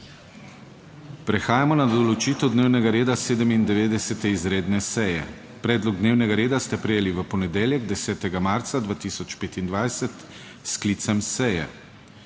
Prehajamo na **določitev dnevnega reda** 97. izredne seje. Predlog dnevnega reda ste prejeli v ponedeljek, 10. marca 2025, s sklicem seje.